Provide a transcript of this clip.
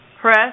press